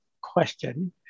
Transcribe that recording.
question